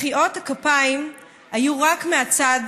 מחיאות הכפיים היו רק מהצד